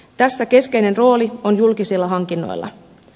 tässä keskeinen rooli on julkisilla hankinnoilla